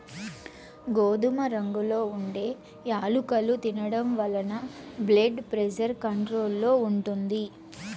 గోధుమ రంగులో ఉండే యాలుకలు తినడం వలన బ్లెడ్ ప్రెజర్ కంట్రోల్ లో ఉంటుంది